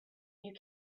you